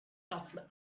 stuffed